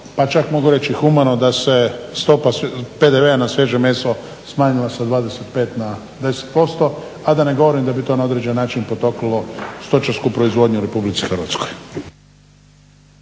pa čak mogu reći humano da se stopa PDV-a na svježe meso smanjila sa 25 na 10%, a da ne govorim da bi to na određen način potaknulo stočarsku proizvodnju u Republici Hrvatskoj.